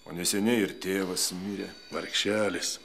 o neseniai ir tėvas mirė vargšelis